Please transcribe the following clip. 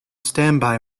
standby